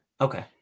okay